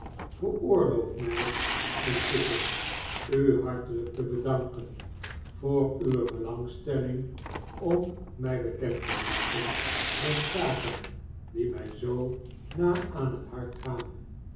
veroorloof mh intusschen u hartelijk te bedanken voor uwe belangstelling om mij bekend te maken met zaken die mij zoo na aan het hart gaan